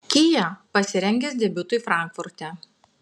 kia pasirengęs debiutui frankfurte